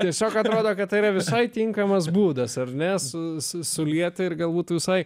tiesa atrodo kad tai yra visai tinkamas būdas ar ne su sulieta ir galbūt visai